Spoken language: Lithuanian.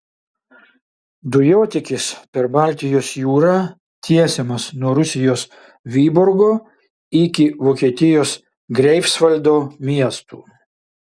dujotiekis per baltijos jūrą tiesiamas nuo rusijos vyborgo iki vokietijos greifsvaldo miestų